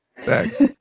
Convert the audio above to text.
Thanks